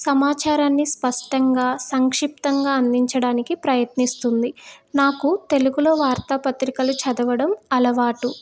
సమాచారాన్ని స్పష్టంగా సంక్షిప్తంగా అందించడానికి ప్రయత్నిస్తుంది నాకు తెలుగులో వార్తాపత్రికలు చదవడం అలవాటు